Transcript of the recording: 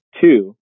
two